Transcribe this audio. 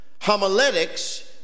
homiletics